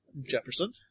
Jefferson